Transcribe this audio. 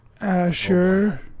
Asher